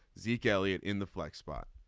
zeke elliott in the flex spot.